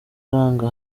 aranga